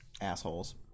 Assholes